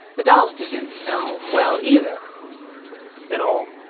the dolls didn't sell well either in all,